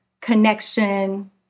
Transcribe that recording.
connection